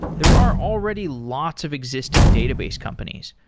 there are already lots of existing database companies.